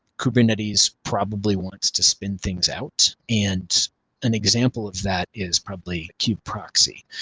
kubernetes probably wants to spin things out and an example of that is probably q proxy,